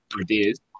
ideas